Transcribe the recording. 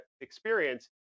experience